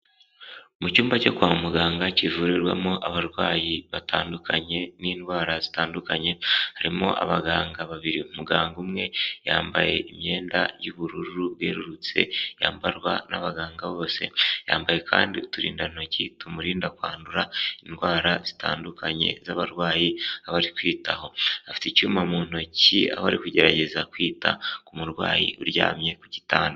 Mu cyumba cyo kwa muganga kivurirwamo abarwayi batandukanye n'indwara zitandukanye, harimo abaganga babiri, umuganga umwe yambaye imyenda y'ubururu bwerurutse yambarwa n'abaganga bose, yambaye kandi uturindantoki tumurinda kwandura indwara zitandukanye z'abarwayi aba kwitaho, afite icyuma mu ntoki aho ari kugerageza kwita ku murwayi uryamye ku gitanda.